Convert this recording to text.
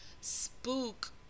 spook